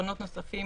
פתרונות נוספים